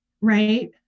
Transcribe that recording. right